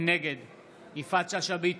נגד יפעת שאשא ביטון,